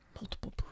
multiple